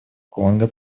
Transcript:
конго